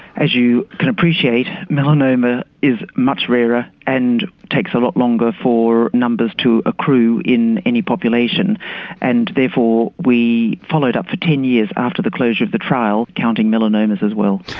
as you can appreciate melanoma is much rarer and takes a lot longer for numbers to accrue in any population and therefore we followed up for ten years after the closure of the trial counting melanomas as well.